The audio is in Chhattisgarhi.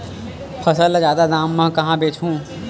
फसल ल जादा दाम म कहां बेचहु?